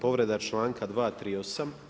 Povreda članka 238.